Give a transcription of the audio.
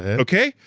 okay,